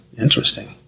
Interesting